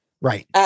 Right